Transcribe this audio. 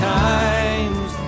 times